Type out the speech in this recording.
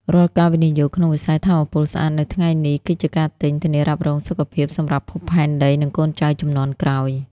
រាល់ការវិនិយោគក្នុងវិស័យថាមពលស្អាតនៅថ្ងៃនេះ គឺជាការទិញ "ធានារ៉ាប់រងសុខភាព" សម្រាប់ភពផែនដី និងកូនចៅជំនាន់ក្រោយ។